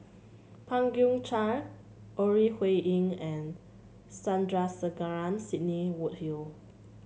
Pang Guek Cheng Ore Huiying and Sandrasegaran Sidney Woodhull